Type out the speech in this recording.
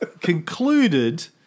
concluded